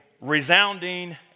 resounding